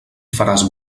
faràs